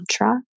mantra